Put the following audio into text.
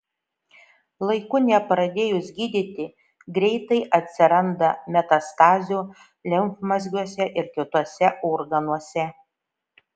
laiku nepradėjus gydyti greitai atsiranda metastazių limfmazgiuose ir kituose organuose